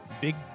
Big